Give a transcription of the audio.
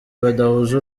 badahuje